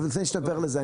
לפני שאתה עובר לזה,